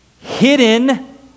hidden